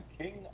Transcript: King